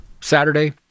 saturday